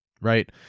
right